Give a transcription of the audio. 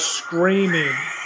screaming